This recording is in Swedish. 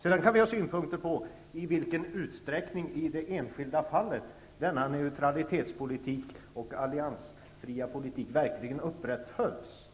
Sedan kan man ha synpunkter på i vilken utsträckning denna alliansfria politik och neutralitetspolitik verkligen har upprätthållits i det enskilda fallet.